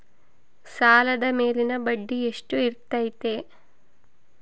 ಸಾಲದ ಮೇಲಿನ ಬಡ್ಡಿ ಎಷ್ಟು ಇರ್ತೈತೆ?